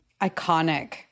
iconic